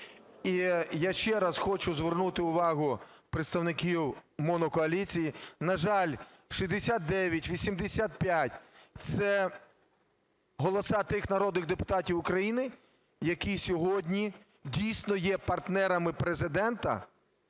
І я ще раз хочу звернути увагу представників монокоаліції. На жаль, 69, 85 – це голоси тих народних депутатів України, які сьогодні дійсно є партнерами Президента